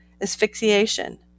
Asphyxiation